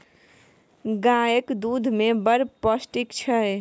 गाएक दुध मे बड़ पौष्टिक छै